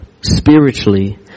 spiritually